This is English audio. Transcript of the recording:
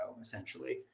essentially